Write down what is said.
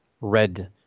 red